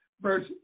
verse